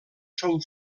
són